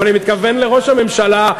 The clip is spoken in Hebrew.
אבל אני מתכוון לראש הממשלה,